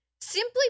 simply